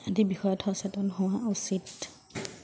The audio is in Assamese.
আদি বিষয়ত সচেতন হোৱা উচিত